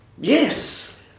Yes